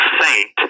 saint